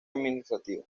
administrativa